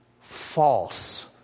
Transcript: False